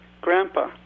grandpa